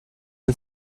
den